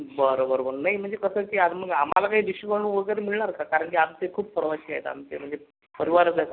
बरं बरं बरं नाही म्हणजे की आज मग आम्हाला काही डिस्काऊंट वगैरे मिळणार का कारण की आमचे खूप प्रवासी आहेत आमचे म्हणजे परिवारच आहे समजा एक